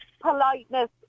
politeness